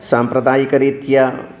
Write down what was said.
साम्प्रदायिकरीत्या